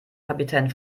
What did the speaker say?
kapitän